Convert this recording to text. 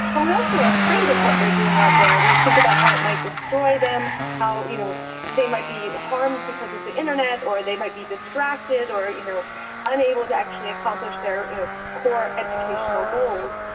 and we also are afraid of what they're doing on there. we think about how it might destroy them, about how you know they might be harmed because of the internet or they might be distracted or you know unable to actually accomplish their you know core educational goals.